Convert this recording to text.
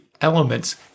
elements